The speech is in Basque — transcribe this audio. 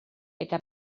eta